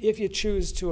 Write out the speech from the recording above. if you choose to